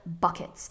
buckets